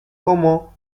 comment